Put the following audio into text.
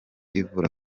ivura